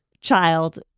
child